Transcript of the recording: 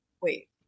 Wait